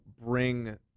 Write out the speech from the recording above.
bring